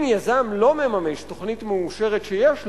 אם יזם לא מממש תוכנית מאושרת שיש לו,